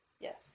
Yes